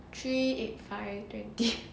七 eight five twenty